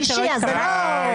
די.